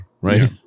right